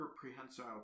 prehensile